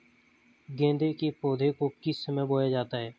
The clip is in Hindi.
गेंदे के पौधे को किस समय बोया जाता है?